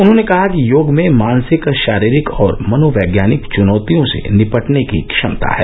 उन्होंने कहा कि योग में मानसिक शारीरिक और मनोवैज्ञानिक च्नौतियों से निपटने की क्षमता है